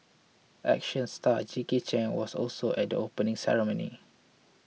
action star Jackie Chan was also at the opening ceremony